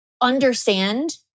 understand